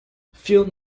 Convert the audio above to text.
field